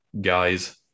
guys